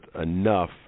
enough